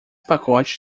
pacotes